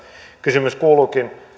kysymys kuuluukin